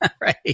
Right